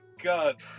god